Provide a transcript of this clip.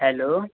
hello